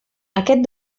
aquest